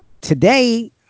today